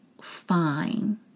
fine